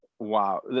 wow